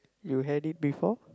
you had it before